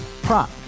Prop